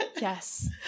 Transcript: yes